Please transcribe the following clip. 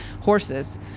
horses